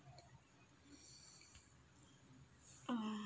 uh